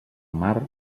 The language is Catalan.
mar